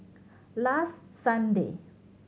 last Sunday